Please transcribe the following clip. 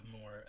more